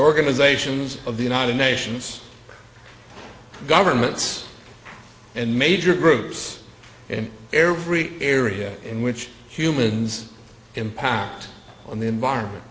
organizations of the united nations governments and major groups in every area in which humans impact on the environment